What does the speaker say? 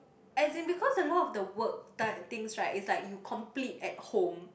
as in because a lot of the work done things right is like you complete at home